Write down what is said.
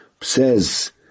says